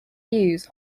views